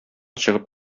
чыгып